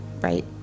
right